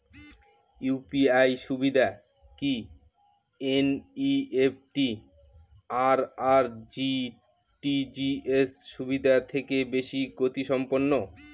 UPI সুবিধা কি NEFT আর আর.টি.জি.এস সুবিধা থেকে বেশি গতিসম্পন্ন?